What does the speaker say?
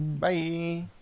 Bye